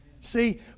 See